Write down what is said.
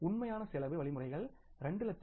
உண்மையான செலவு வழிமுறைகள் 2